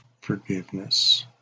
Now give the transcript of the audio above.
forgiveness